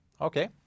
Okay